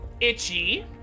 Itchy